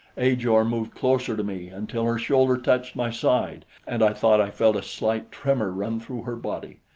ajor moved closer to me until her shoulder touched my side, and i thought i felt a slight tremor run through her body,